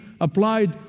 applied